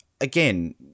again